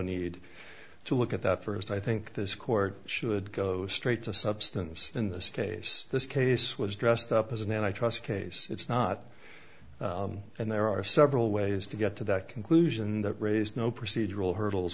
need to look at that for us i think this court should go straight to substance in this case this case was dressed up as an antitrust case it's not and there are several ways to get to that conclusion that raise no procedural hurdles